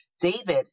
david